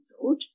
thought